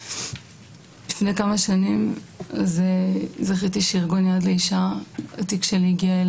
לפני כמה שנים זכיתי שארגון "יד לאישה" ייקח את